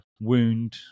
wound